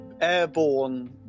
airborne